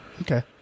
Okay